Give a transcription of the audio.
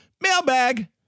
mailbag